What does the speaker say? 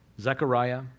Zechariah